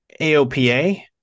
AOPA